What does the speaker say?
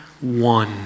one